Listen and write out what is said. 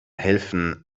helfen